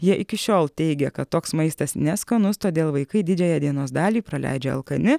jie iki šiol teigia kad toks maistas neskanus todėl vaikai didžiąją dienos dalį praleidžia alkani